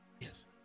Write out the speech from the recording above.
yes